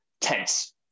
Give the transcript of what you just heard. tense